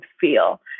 feel